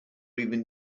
even